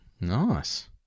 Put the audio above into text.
Nice